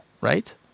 right